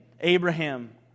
Abraham